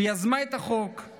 שיזמה את החוק,